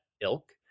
ilk